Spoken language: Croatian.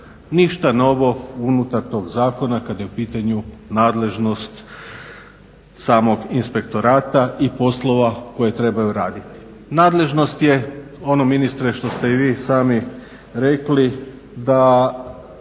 Ništa novo unutar toga zakona kada je u pitanju nadležnost samog inspektorata i poslova koje trebaju raditi. Nadležnost je ono ministre što ste i vi sami rekli da